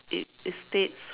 it it states